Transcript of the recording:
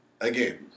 Again